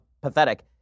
pathetic